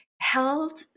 held